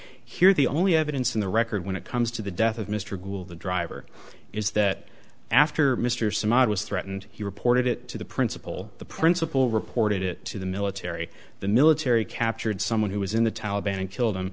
here the only evidence in the record when it comes to the death of mr gould the driver is that after mr some odd was threatened he reported it to the principal the principal reported it to the military the military captured someone who was in the taliban and killed